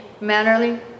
mannerly